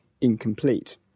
incomplete